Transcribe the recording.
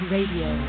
Radio